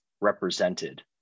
represented